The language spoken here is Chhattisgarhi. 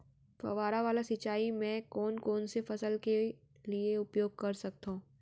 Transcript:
फवारा वाला सिंचाई मैं कोन कोन से फसल के लिए उपयोग कर सकथो?